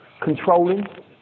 controlling